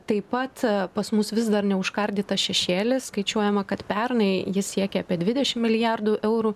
taip pat pas mus vis dar neužkardytas šešėlis skaičiuojama kad pernai jis siekė apie dvidešimt milijardų eurų